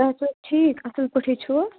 صحت چھُو حظ ٹھیٖک اَصٕل پٲٹھی چھُوٕ